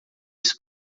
esse